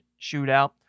shootout